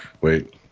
wait